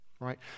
right